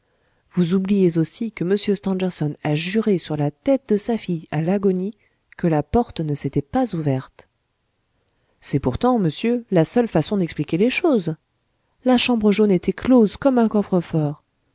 vous oubliez aussi que m stangerson a juré sur la tête de sa fille à l'agonie que la porte ne s'était pas ouverte c'est pourtant monsieur la seule façon d'expliquer les choses la chambre jaune était close comme un coffre-fort